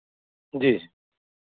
जी जी